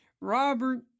Robert